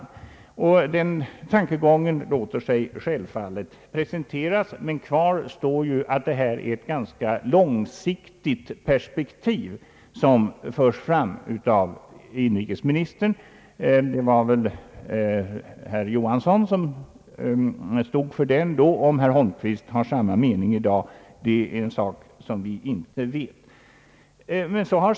Den tankegången låter sig självfallet presenteras. Men kvar står att det här är ett ganska långsiktigt perspektiv som förts fram av inrikesministern. Det var väl statsrådet Johansson som svarade för detta om statsrådet Holmqvist i dag har samma mening vet vi inte.